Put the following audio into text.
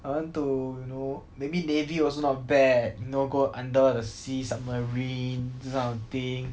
I want to you know maybe navy also not bad you know go under the sea submarine those kind of thing